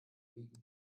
biegen